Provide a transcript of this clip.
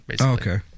okay